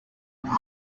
punt